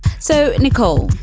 so, nicole.